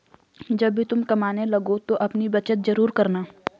जब भी तुम कमाने लगो तो अपनी बचत जरूर करना